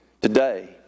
Today